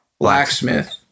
blacksmith